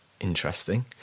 interesting